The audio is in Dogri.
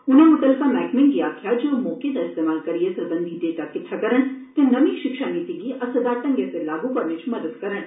उनें मुतलका मैह्कमें गी आक्खेआ जे ओ मौके दा इस्तेमाल करियै सरबंधी डाटा किट्ठा करन ते नमीं शिक्षा नीति गी असरदार ढंगे सिर लागू करने च मदद करन